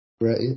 Right